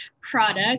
product